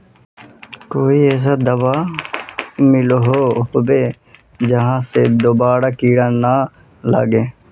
कोई ऐसा दाबा मिलोहो होबे जहा से दोबारा कीड़ा ना लागे?